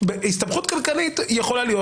הסתבכות כלכלית יכולה להיות.